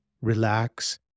relax